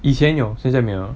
以前有现在没有了